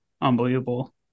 unbelievable